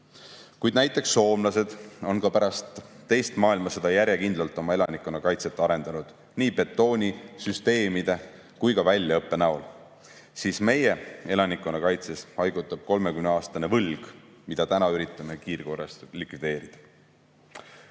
Kui näiteks soomlased on ka pärast teist maailmasõda järjekindlalt oma elanikkonnakaitset arendanud nii betooni, süsteemide kui ka väljaõppe näol, siis meie elanikkonnakaitses haigutab 30‑aastane võlg, mida täna üritame kiirkorras likvideerida. Täna